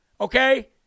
Okay